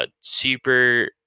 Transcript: super